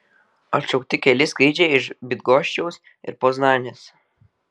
atšaukti keli skrydžiai iš bydgoščiaus ir poznanės